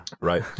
right